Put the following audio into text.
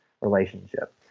relationship